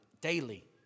daily